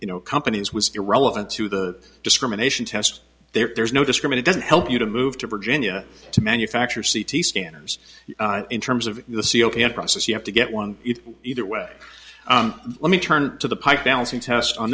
you know companies was irrelevant to the discrimination test there's no discriminate doesn't help you to move to virginia to manufacture c t scanners in terms of the seal can't process you have to get one either way let me turn to the pike balancing test on